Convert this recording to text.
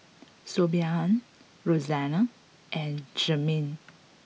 Siobhan Roxanna and Jermaine